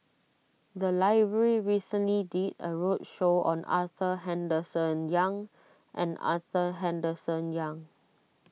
the library recently did a roadshow on Arthur Henderson Young and Arthur Henderson Young